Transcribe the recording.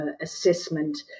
assessment